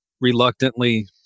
reluctantly